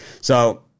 So-